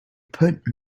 put